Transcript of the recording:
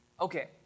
Okay